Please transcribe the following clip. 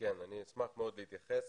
כן, אני אשמח מאוד להתייחס.